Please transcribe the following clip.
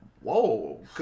whoa